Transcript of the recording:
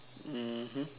mmhmm